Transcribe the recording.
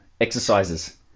exercises